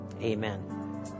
Amen